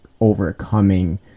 overcoming